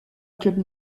club